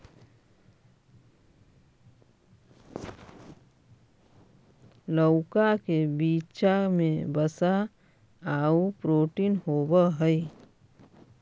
लउका के बीचा में वसा आउ प्रोटीन होब हई